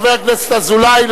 חבר הכנסת אזולאי,